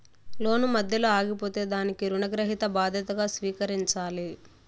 లోను మధ్యలో ఆగిపోతే దానికి రుణగ్రహీత బాధ్యతగా స్వీకరించాలి